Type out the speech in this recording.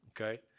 okay